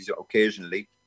occasionally